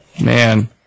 Man